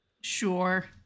Sure